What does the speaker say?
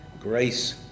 grace